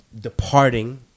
departing